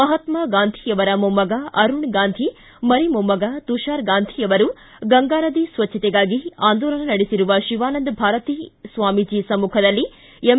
ಮಹಾತ್ಮಾ ಗಾಂಧಿಯವರ ಮೊಮ್ಮಗ ಅರುಣ ಗಾಂಧಿ ಮರಿಮೊಮ್ಮಗ ತುಷಾರ ಗಾಂಧಿ ಅವರು ಗಂಗಾ ನದಿ ಸ್ವಚ್ಯತೆಗಾಗಿ ಆಂದೋಲನ ನಡೆಸಿರುವ ಶಿವಾನಂದ ಭಾರತಿ ಸ್ವಾಮಿಜಿ ಸಮ್ಮಖದಲ್ಲಿ ಎಂ